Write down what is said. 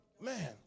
Man